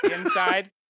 inside